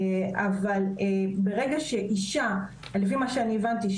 לפי מה שהבנתי,